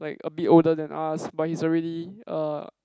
like a bit older than us but he's already er